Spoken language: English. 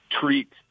treat